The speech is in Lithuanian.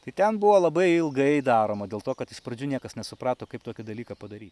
tai ten buvo labai ilgai daroma dėl to kad iš pradžių niekas nesuprato kaip tokį dalyką padaryt